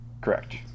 Correct